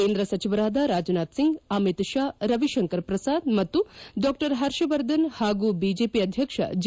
ಕೇಂದ್ರ ಸಚಿವರಾದ ರಾಜನಾಥ್ ಸಿಂಗ್ ಅಮಿತ್ ಶಾ ರವಿಶಂಕರ್ ಪ್ರಸಾದ್ ಮತ್ತು ಡಾ ಹರ್ಷವರ್ಧನ್ ಹಾಗೂ ಬಿಜೆಪಿ ಅಧ್ಯಕ್ಷ ಜೆ